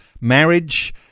marriage